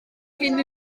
cyn